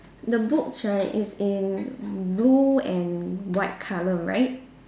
the books right is in blue and white colour right